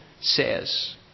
says